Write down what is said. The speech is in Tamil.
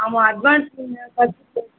ஆமாம் அட்வான்ஸ் நீங்கள்